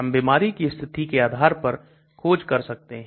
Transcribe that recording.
हम बीमारी की स्थिति के आधार पर खोज कर सकते हैं